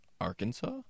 Arkansas